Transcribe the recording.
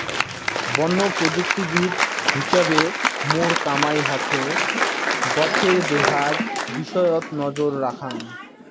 বন প্রযুক্তিবিদ হিছাবে মোর কামাই হসে গছের দেহার বিষয়ত নজর রাখাং